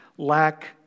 lack